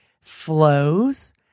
flows